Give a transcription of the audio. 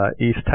East